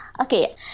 Okay